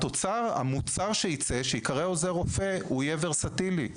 המוצר שיצא וייקרא עוזר רופא יהיה ורסטילי,